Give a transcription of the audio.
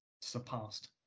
surpassed